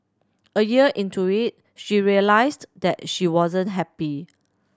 a year into it she realised that she wasn't happy